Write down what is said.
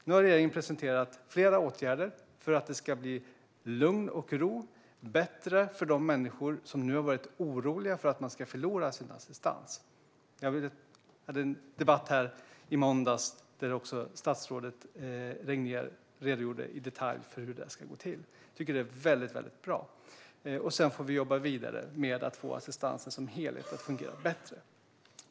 Nu har regeringen presenterat flera åtgärder för att det ska bli lugn och ro och för att det ska bli bättre för de människor som har varit oroliga för att de ska förlora sin assistans. Vi hade en debatt tidigare i veckan där statsrådet Regnér i detalj redogjorde för hur detta ska gå till. Jag tycker att det är väldigt bra. Sedan får vi jobba vidare med att få assistansen som helhet att fungera bättre.